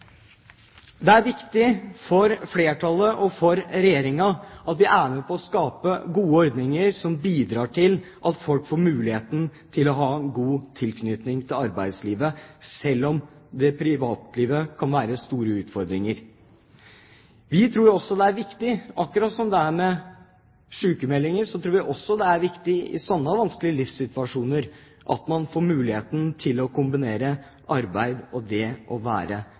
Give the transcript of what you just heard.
Det er viktig for flertallet og for Regjeringen at vi er med på å skape gode ordninger som bidrar til at folk får muligheten til å ha en god tilknytning til arbeidslivet, selv om man kan ha store utfordringer i privatlivet. På samme måte som med sykmeldinger, tror vi også det er viktig at man i slike vanskelige livssituasjoner får mulighet til å kombinere arbeid og det å være